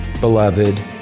beloved